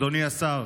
אדוני השר,